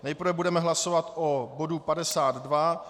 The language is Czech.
Nejprve budeme hlasovat o bodu 52.